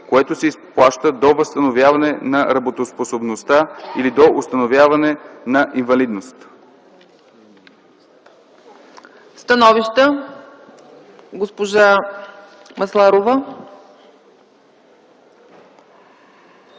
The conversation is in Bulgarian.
което се изплаща до възстановяване на работоспособността или до установяване на инвалидност.”